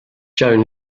joan